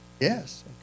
yes